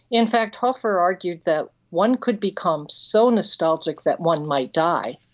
in fact hoffa argued that one could become so nostalgic that one might die.